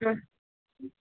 ಹಾಂ